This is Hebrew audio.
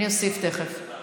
התש"ף 2020,